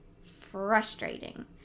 frustrating